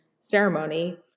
ceremony